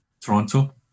Toronto